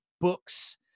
Books